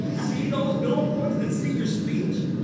see those billboards than see your speech?